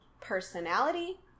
personality